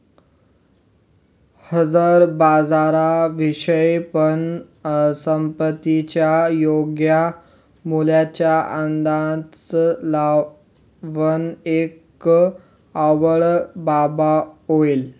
हजर बाजारा शिवाय पण संपत्तीच्या योग्य मूल्याचा अंदाज लावण एक अवघड बाब होईल